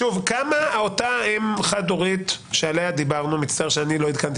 כמה אותה אם חד-הורית מצטער שאני לא עדכנתי